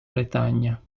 bretagna